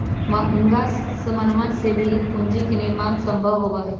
महंगा समनवन से भी पूंजी के निर्माण सम्भव होबा हई